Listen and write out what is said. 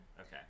Okay